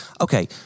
Okay